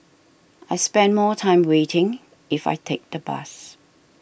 I'll spend more time waiting if I take the bus